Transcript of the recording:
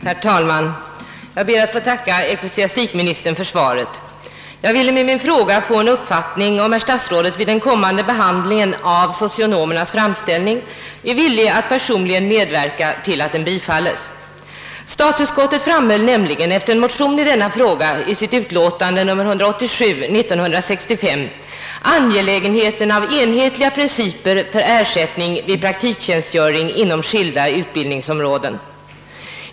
Herr talman! Jag ber att få tacka ecklesiastikministern för svaret. Jag ville med min fråga få en uppfattning om huruvida herr statsrådet vid den kommande behandlingen av socionomernas framställning är villig att personligen medverka till att den bifalles. Statsutskottet framhöll efter en motion i denna fråga i sitt utlåtande nr 187 år 1965 angelägenheten av enhetliga principer för ersättning vid praktiktjänstgörng inom skilda utbildningsområden.